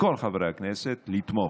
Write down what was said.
מכל חברי הכנסת לתמוך.